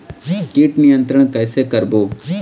कीट नियंत्रण कइसे करबो?